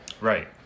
Right